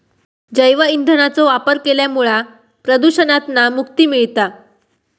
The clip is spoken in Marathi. जैव ईंधनाचो वापर केल्यामुळा प्रदुषणातना मुक्ती मिळता